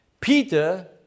Peter